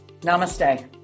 namaste